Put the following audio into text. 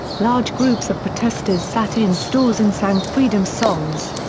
large groups of protesters sat in stores and sang freedom songs.